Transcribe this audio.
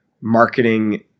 marketing